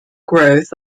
growth